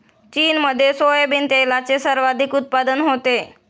चीनमध्ये सोयाबीन तेलाचे सर्वाधिक उत्पादन होते